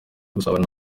gusabana